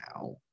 now